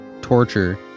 torture